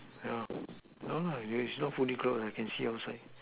well well well if its not fully grown I can sit outside